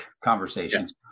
conversations